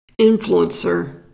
influencer